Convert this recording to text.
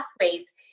pathways